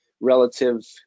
relative